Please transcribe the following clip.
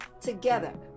Together